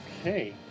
Okay